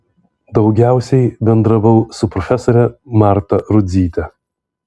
daugiausiai bendravau su profesore marta rudzyte